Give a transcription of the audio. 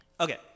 Okay